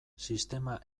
sistema